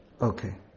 Okay